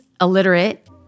illiterate